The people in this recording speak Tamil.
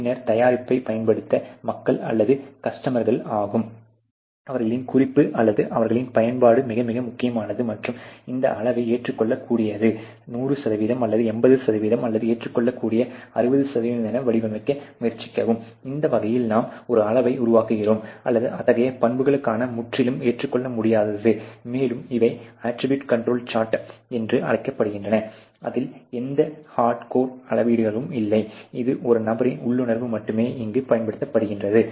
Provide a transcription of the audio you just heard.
பின்னர் தயாரிப்பைப் பயன்படுத்த மக்கள் அல்லது கஸ்டமர்கள் ஆகும் அவர்களின் குறிப்பு அல்லது அவர்களின் பயன்பாடு மிக மிக முக்கியமானது மற்றும் அந்த அளவை ஏற்றுக்கொள்ளக்கூடிய 100 அல்லது 80 அல்லது ஏற்றுக்கொள்ளக்கூடிய 60 என வடிவமைக்க முயற்சிக்கவும் அந்த வகையில் நாம் ஒரு அளவை உருவாக்குகிறோம் அல்லது அத்தகைய பண்புக்கூறுகளுக்கு முற்றிலும் ஏற்றுக்கொள்ள முடியாதது மேலும் இவை அட்ரிபூட் கண்ட்ரோல் சார்ட் என்று அழைக்கப்படுகின்றன அதில் எந்த ஹார்ட்கோர் அளவீடுகளும் இல்லை இது ஒரு நபரின் உள்ளுணர்வு மட்டுமே இங்கு பயன்படுத்தப்படுகிறது